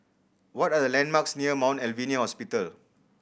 what are the landmarks near Mount Alvernia Hospital